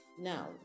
now